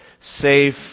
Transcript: safe